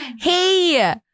hey